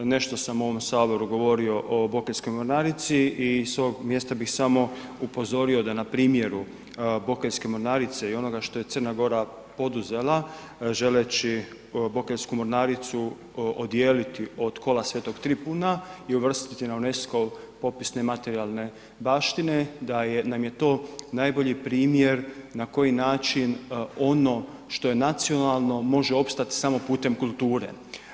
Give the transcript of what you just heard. Nešto sam u ovom Saboru govorio o Bokeljskoj mornarici i s ovog mjesta bih samo upozorio da na primjeru Bokeljske mornarice i onoga što je Crna Gora poduzela, želeći Bokeljsku mornaricu odijeliti od Kola sv. Tripuna i uvrstiti na UNESCO popis nematerijalne baštine da nam je to najbolji primjer na koji način ono što je nacionalno može opstati samo putem kulture.